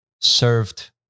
served